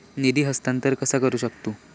निधी हस्तांतर कसा करू शकतू?